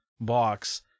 box